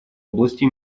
области